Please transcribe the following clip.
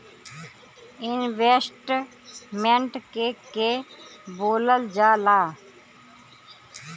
Investment के के बोलल जा ला?